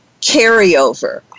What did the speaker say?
carryover